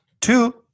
two